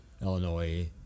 Illinois